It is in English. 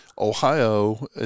Ohio